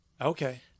Okay